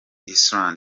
island